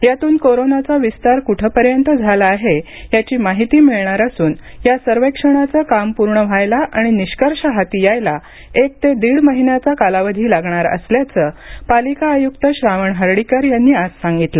यातून कोरोनाचा विस्तार कुठपर्यंत झाला आहे याची माहिती मिळणार असून या सर्वेक्षणाचे काम पूर्ण व्हायला आणि निष्कर्ष हाती यायला एक ते दीड महिन्याचा कालावधी लागणार असल्याचं पालिका आयुक्त श्रावण हर्डीकर यांनी आज सांगितलं